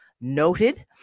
noted